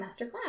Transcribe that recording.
masterclass